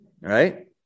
right